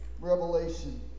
Revelation